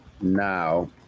now